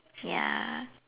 ya